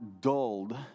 dulled